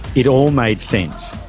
it all made sense.